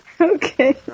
Okay